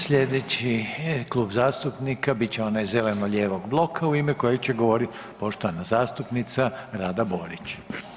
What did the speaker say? Sljedeći klub zastupnika bit će onaj zeleno-lijevog bloka u ime kojeg će govoriti poštovana zastupnica Rada Borić.